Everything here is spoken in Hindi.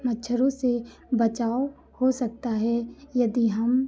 मच्छरों से बचाव हो सकता है यदि हम